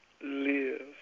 live